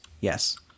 yes